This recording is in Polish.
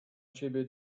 ciebie